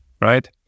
right